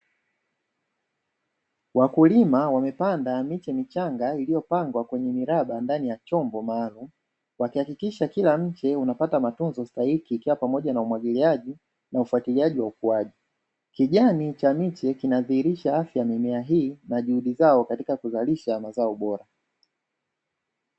Wakulima wamepanda miche michanga iliyopangwa kwenye miraba ndani ya chombo maalumu, wakihakikisha kila mche unapata matunzo stahiki, ikiwa pamoja na umwagiliaji na ufatiliaji wa ukuaji. Kijani cha miche kinadhihirisha afya ya mimea hii na juhudi zao katika kuzalisha mazao bora.